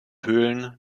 höhlen